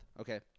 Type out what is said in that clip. okay